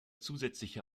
zusätzliche